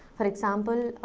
for example,